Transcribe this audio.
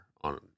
on